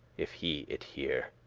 if he it hear.